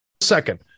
Second